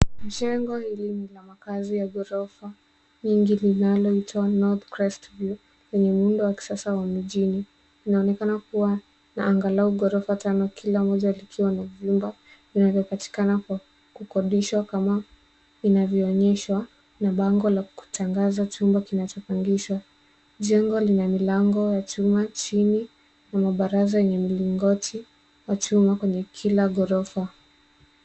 Jengo hili ni la makazi ya ghorofa nyingi linaloitwa North crest view , yenye muundo wa kisasa wa mijini. Inaonekana kuwa na angalau ghorofa tano kila mmoja likiwa na vyumba vinavyopatikana kwa kukodishwa kama inavyoonyeshwa, na bango la kutangaza chumba kinachopangishwa. Jengo lina milango ya chuma chini na mabaraza yenye mlingoti wa chuma kwenye kila ghorofa.